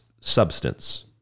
substance